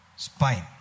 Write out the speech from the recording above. Spine